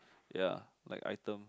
ya like item